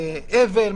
אבל,